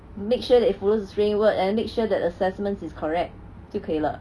make sure that it follows the framework and then make sure that assessments is correct 就可以了